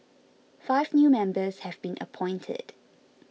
five new members have been appointed